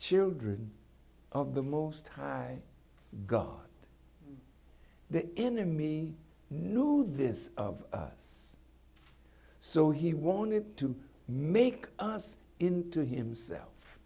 children of the most high god that enemy knew this of us so he wanted to make us into himself